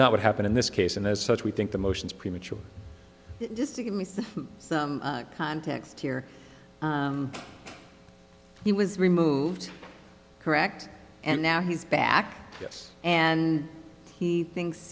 not what happened in this case and as such we think the motions premature just to give me some context here he was removed correct and now he's back yes and he thinks